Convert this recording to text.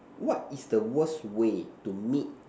what is the worst way to meet